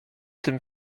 tym